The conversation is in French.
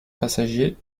passagers